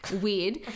weird